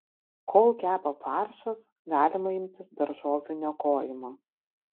kol kepa faršas galima imtis daržovių niokojimo